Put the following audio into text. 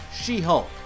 She-Hulk